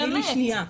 באמת.